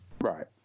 Right